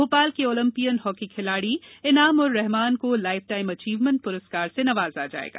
भोपाल के Olympian hockey खिलाडी इनाम उर रेहमान को लाइफ टाइम अचीवमेंट पुरस्कार से नवाज़ा जायेगा